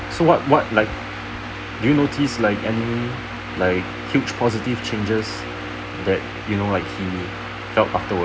so what what like do you notice any like huge positive changes that you know like she felt afterwards